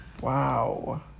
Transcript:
Wow